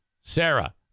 Sarah